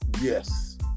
Yes